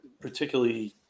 particularly